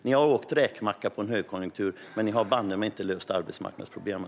Ni har åkt räkmacka på en högkonjunktur, men ni har banne mig inte löst arbetsmarknadsproblemen.